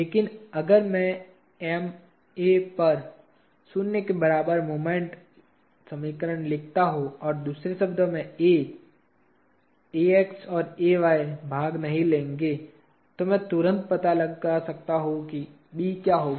लेकिन अगर मैं M A पर शून्य के बराबर मोमेंट का समीकरण लिखता हूं या दूसरे शब्दों में A और भाग नहीं लेंगे तो मैं तुरंत पता लगा सकता हूं कि B क्या होगा